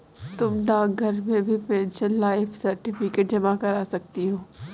तुम डाकघर में भी पेंशनर लाइफ सर्टिफिकेट जमा करा सकती हो